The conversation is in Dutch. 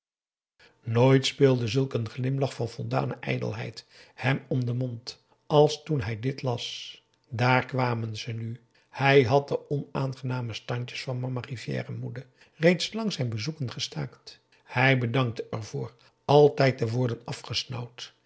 nooit speelde zulk een glimlach van voldane ijdelheid hem om den mond als toen hij dit las daar kwamen ze nu hij had de onaangename standjes van mama rivière moede reeds lang zijn bezoeken gestaakt hij bedankte ervoor altijd te worden